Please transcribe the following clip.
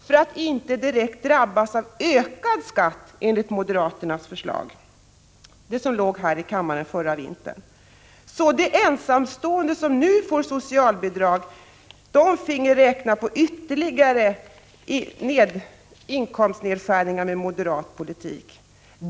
för att inte direkt drabbas av ökad skatt enligt moderaternas förslag, det som låg här i kammaren förra vintern. Så de ensamstående som nu får socialbidrag finge räkna på ytterligare inkomstnedskärning med moderat politik.